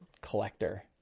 collector